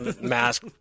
mask